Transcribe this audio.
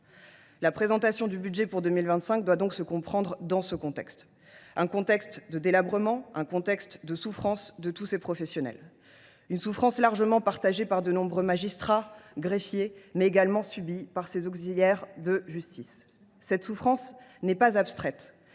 La présentation du budget pour 2025 doit donc être analysée dans ce contexte de délabrement et de souffrance pour tous les professionnels, souffrance largement partagée par de nombreux magistrats et greffiers, mais également subie par les auxiliaires de justice. Cette souffrance n’est pas abstraite